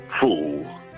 Fool